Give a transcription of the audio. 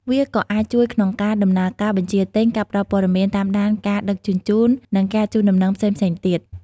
វាក៏អាចជួយក្នុងការដំណើរការបញ្ជាទិញ ការផ្ដល់ព័ត៌មានតាមដានការដឹកជញ្ជូន និងការជូនដំណឹងផ្សេងៗទៀត។